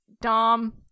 Dom